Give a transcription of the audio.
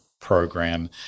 program